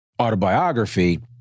autobiography